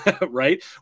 right